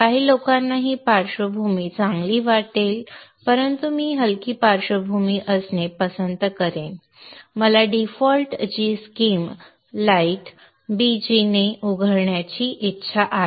काही लोकांना ही पार्श्वभूमी चांगली वाटेल परंतु मी हलकी पार्श्वभूमी असणे पसंत करेन आणि मला default g scheme light bg ने उघडण्याची इच्छा आहे